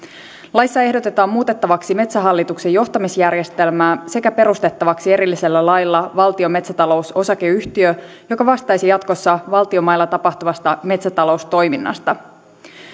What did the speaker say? laissa ehdotetaan muutettavaksi metsähallituksen johtamisjärjestelmää sekä perustettavaksi erillisellä lailla valtion metsätalous osakeyhtiö joka vastaisi jatkossa valtion mailla tapahtuvasta metsätaloustoiminnasta